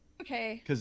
Okay